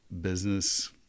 business